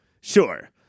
Sure